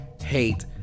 hate